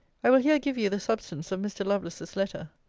i will here give you the substance of mr. lovelace's letter.